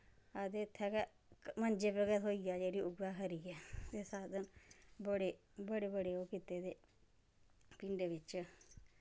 आखदे इत्थें गै मंजे पर गै थ्होई गेआ जेह्ड़ी उ'ऐ खरी ऐ एह् साधन बड़े बड़े ओह् कीते दे पिण्डें बिच्च